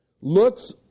looks